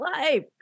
life